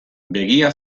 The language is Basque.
begia